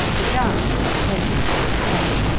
the downs trended to the south,